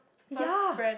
ya